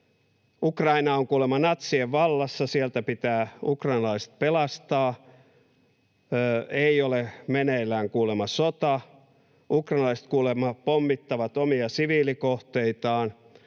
Ukraina on kuulemma natsien vallassa, ja sieltä pitää ukrainalaiset pelastaa, ei ole kuulemma meneillään sota, ukrainalaiset kuulemma pommittavat omia siviilikohteitaan